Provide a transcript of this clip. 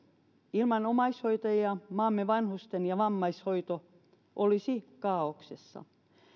ilman omaishoitajia maamme vanhusten ja vammaishoito olisi kaaoksessa